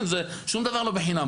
שום דבר לא בחינם.